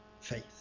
faith